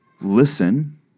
listen